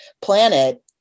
planet